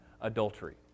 adultery